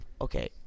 Okay